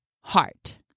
heart